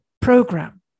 program